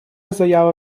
заява